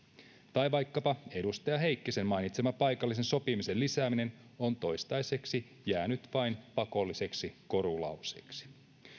ja vaikkapa edustaja heikkisen mainitsema paikallisen sopimisen lisääminen on toistaiseksi jäänyt vain pakolliseksi korulauseeksi